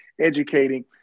educating